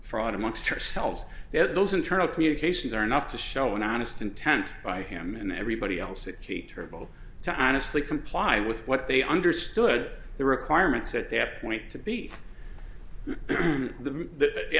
fraud amongst ourselves that those internal communications are enough to show an honest intent by him and everybody else that key turbo to honestly comply with what they understood the requirements at that point to be on the